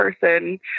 person